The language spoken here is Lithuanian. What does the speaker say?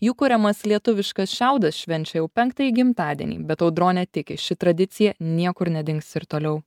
jų kuriamas lietuviškas šiaudas švenčia jau penktąjį gimtadienį bet audronė tiki ši tradicija niekur nedings ir toliau